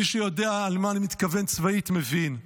מי שיודע למה אני מתכוון צבאית, מבין?